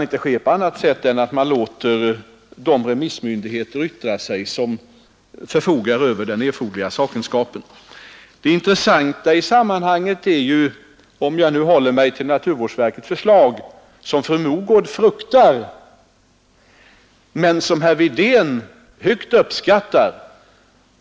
Och det kan göras först sedan de remissmyndigheter fått yttra sig som förfogar över den erforderliga Det intressanta i detta sammanhang är emellertid, om jag nu håller mig till naturvårdsverkets förslag, att fru Mogård fruktar det, medan herr Wirtén uppskattar det högt.